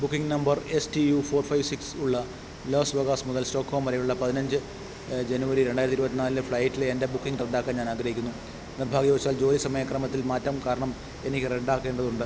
booking number S T U four five six ഉള്ള Las Vegas മുതൽ Stockholm വരെയുള്ള പതിനഞ്ച് ജനുവരി രണ്ടായിരത്തി ഇരുപത്തിന്നാലിലെ ഫ്ലൈറ്റിലെ എൻ്റെ ബുക്കിംഗ് റദ്ദാക്കാൻ ഞാനാഗ്രഹിക്കുന്നു നിർഭാഗ്യവശാൽ ജോലി സമയക്രമത്തിൽ മാറ്റം കാരണം എനിക്ക് റദ്ദാക്കേണ്ടതുണ്ട്